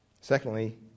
Secondly